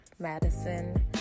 Madison